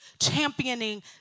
championing